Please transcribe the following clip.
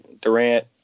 Durant